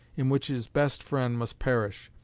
in which his best friend must perish.